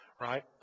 right